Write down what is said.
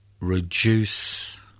reduce